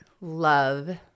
love